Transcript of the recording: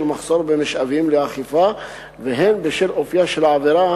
מחסור במשאבים לאכיפה והן בשל אופיה של העבירה,